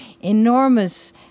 enormous